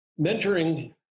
mentoring